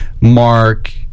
mark